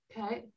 Okay